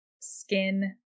skin